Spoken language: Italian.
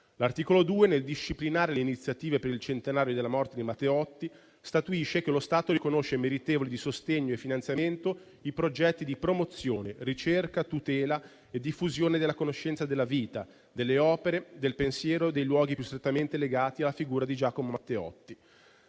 L'articolo 2, nel disciplinare le iniziative per il centenario della morte di Matteotti, statuisce che lo Stato riconosce meritevoli di sostegno e finanziamento i progetti di promozione, ricerca, tutela e diffusione della conoscenza della vita, delle opere, del pensiero e dei luoghi più strettamente legati alla sua figura. Tali progetti